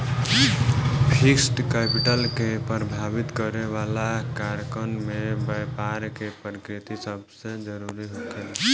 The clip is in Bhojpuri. फिक्स्ड कैपिटल के प्रभावित करे वाला कारकन में बैपार के प्रकृति सबसे जरूरी होखेला